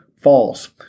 false